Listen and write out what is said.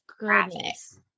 graphics